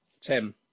Tim